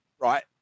right